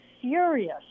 furious